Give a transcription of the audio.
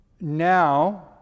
now